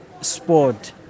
sport